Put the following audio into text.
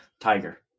tiger